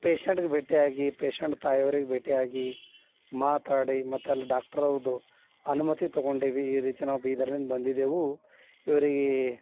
ಪೇಷಂಟ್ಗೆ ಭೇಟಿಯಾಗಿ ಪೇಷಂಟ್ ತಾಯಿಯವರಿಗೆ ಭೇಟಿಯಾಗಿ ಮಾತಾಡಿ ಮತ್ತೆ ಅಲ್ಲಿ ಡಾಕ್ಟರ್ ಅವ್ರದ್ದು ಅನುಮತಿ ತೊಗೊಂಡೆವು ಈ ರೀತಿ ನಾವು ಬೀದರ್ದಿಂದ ಬಂದಿದ್ದೇವೆ ಇವರಿಗೆ